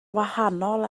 wahanol